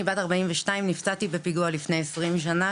אני בת 42. נפצעתי בפיגוע לפני 20 שנה.